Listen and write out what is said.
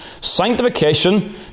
sanctification